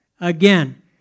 again